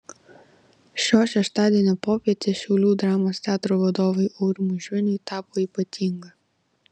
šio šeštadienio popietė šiaulių dramos teatro vadovui aurimui žviniui tapo ypatinga